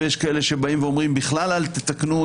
ויש כאלה שבאים ואומרים: בכלל אל תתקנו,